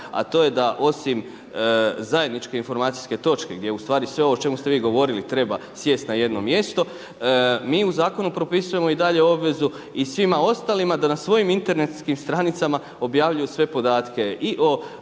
a to je da osim zajedničke informacijske točke gdje ustvari sve ovo o čemu ste vi govorili treba sjesti na jedno mjesto mi u zakonu propisujemo i dalje obvezu i svima ostalima da na svojim internetskim stranicama objavljuju sve podatke i o